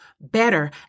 Better